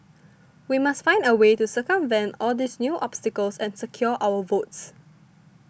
we must find a way to circumvent all these new obstacles and secure our votes